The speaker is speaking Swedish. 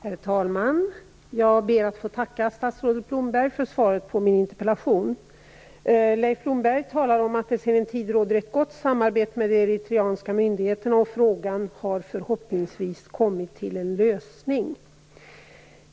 Herr talman! Jag ber att få tacka statsrådet Blomberg för svaret på min interpellation. Leif Blomberg talar om att det sedan tidigare råder ett gott samarbete med eritreanska myndigheter och att frågan förhoppningsvis har kommit till en lösning.